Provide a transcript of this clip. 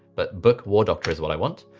but book war doctor, is what i want.